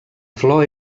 flor